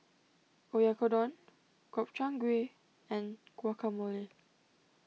Oyakodon Gobchang Gui and Guacamole